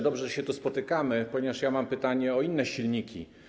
Dobrze, że się tu spotykamy, ponieważ ja mam pytanie o inne silniki.